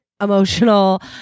emotional